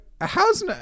how's